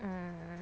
mm